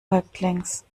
häuptlings